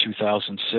2006